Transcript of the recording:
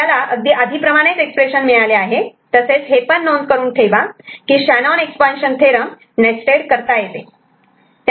S0'D2 S0D3 तर आपल्याला अगदी आधी प्रमाणेच एक्सप्रेशन मिळाले आहे तसेच हे पण नोंद करून ठेवा की Shannon expansion theorem Shanon's expansion theorem nested करता येते